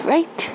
Right